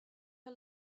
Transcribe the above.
har